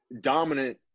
dominant